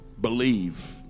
believe